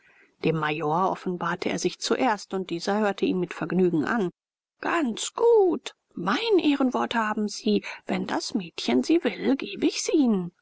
dem major offenbarte er sich zuerst und dieser hörte ihn mit vergnügen an ganz gut mein ehrenwort haben sie wenn das mädchen sie will geb ich es ihnen